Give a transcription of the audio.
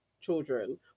children